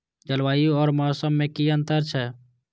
जलवायु और मौसम में कि अंतर छै?